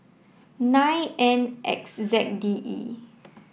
nine N X Z D E